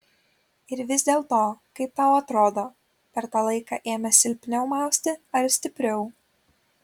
ir vis dėlto kaip tau atrodo per tą laiką ėmė silpniau mausti ar stipriau